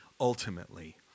ultimately